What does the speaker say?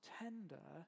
tender